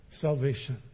salvation